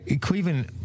Cleveland